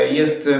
jest